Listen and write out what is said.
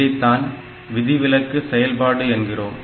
இதைத்தான் விதிவிலக்கு செயல்பாடு என்கிறோம்